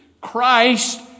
Christ